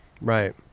Right